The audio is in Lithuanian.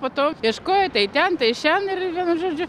po to ieškojo tai ten tai šen ir vienu žodžiu